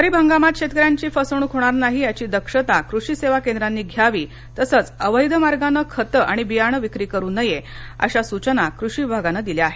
खरिप हंगामात शेतकऱ्यांची फसवणूक होणार नाही याची दक्षता कृषी सेवा केंद्रांनी घ्यावी तसंच अवैध मार्गाने खते आणि बियाणे विक्री करू नये अशा सचना कृषी विभागान दिल्या आहेत